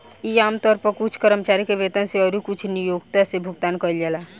इ आमतौर पर कुछ कर्मचारी के वेतन से अउरी कुछ नियोक्ता से भुगतान कइल जाला